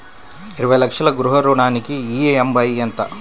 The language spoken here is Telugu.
ఇరవై లక్షల గృహ రుణానికి ఈ.ఎం.ఐ ఎంత?